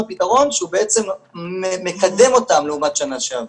פתרון שהוא בעצם מקדם אותם לעומת שנה שעברה.